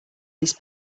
this